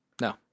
no